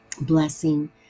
blessing